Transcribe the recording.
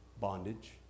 bondage